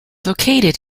located